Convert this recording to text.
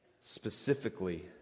Specifically